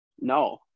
No